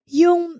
yung